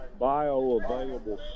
bioavailable